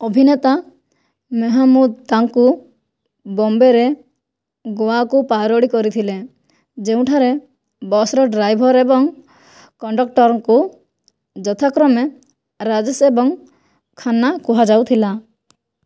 ଅଭିନେତା ମେହମୁଦ ତାଙ୍କୁ ବମ୍ବେରେ ଗୋଆକୁ ପାରୋଡ଼ି କରିଥିଲେ ଯେଉଁଠାରେ ବସ୍ରେ ଡ୍ରାଇଭର ଏବଂ କଣ୍ଡକ୍ଟରଙ୍କୁ ଯଥାକ୍ରମେ ରାଜେଶ ଏବଂ ଖାନ୍ନା କୁହାଯାଉଥିଲା